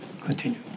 continue